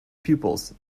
pupils